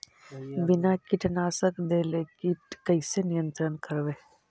बिना कीटनाशक देले किट कैसे नियंत्रन करबै?